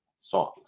songs